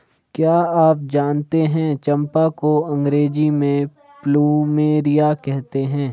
क्या आप जानते है चम्पा को अंग्रेजी में प्लूमेरिया कहते हैं?